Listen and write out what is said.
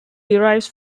derives